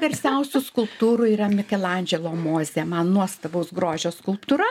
garsiausių skulptūrų yra mikelandželo mozė man nuostabaus grožio skulptūra